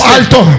alto